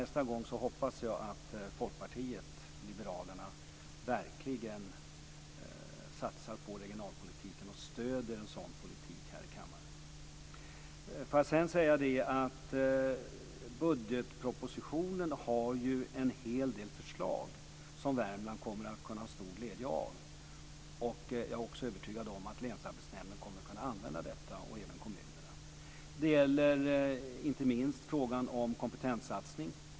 Nästa gång hoppas jag att Folkpartiet liberalerna verkligen satsar på regionalpolitiken och stöder en sådan politik här i kammaren. Budgetpropositionen har ju en hel del förslag som Värmland kommer att kunna ha stor glädje av. Jag är också övertygad om att länsarbetsnämnden kommer att kunna använda detta och även kommunerna. Det gäller inte minst frågan om kompetenssatsning.